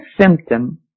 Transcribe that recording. symptom